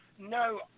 No